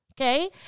Okay